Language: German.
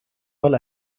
mal